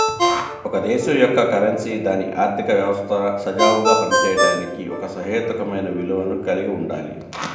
ఒక దేశం యొక్క కరెన్సీ దాని ఆర్థిక వ్యవస్థ సజావుగా పనిచేయడానికి ఒక సహేతుకమైన విలువను కలిగి ఉండాలి